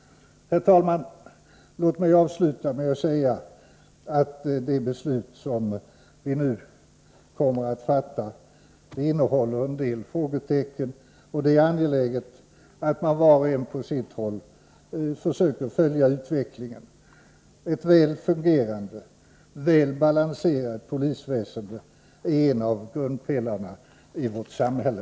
Herrtalman! Låg mig avsluta med att säga att det beslut som vi nu kommer attfattainnehålleren del frågetecken, och det är angeläget att man var och en på sitt håll försöker följa utvecklingen. Ett väl fungerande, väl balanserat polisväsende är:en av grundpelarna i vårt samhälle,